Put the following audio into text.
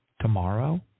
tomorrow